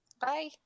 Bye